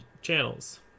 channels